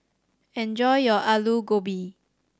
enjoy your Alu Gobi